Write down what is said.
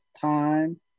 time